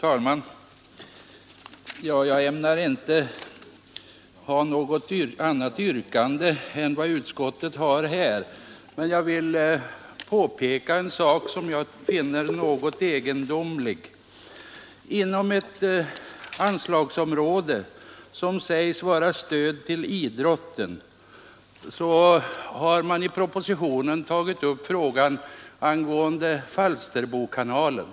Fru talman! Jag ämnar inte här ställa något annat yrkande än bifall till utskottets hemställan, men jag vill påpeka en sak som jag finner något egendomlig. Inom ett anslagsområde som sägs vara stöd till idrotten har man i propositionen tagit upp frågan angående Falsterbokanalen.